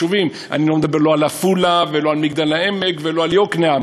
אני לא מדבר לא על עפולה ולא על מגדל-העמק ולא על יקנעם,